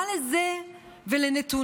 מה לזה ולנתונים?